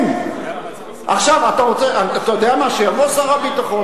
שיבוא שר הביטחון,